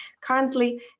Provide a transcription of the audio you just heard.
Currently